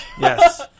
Yes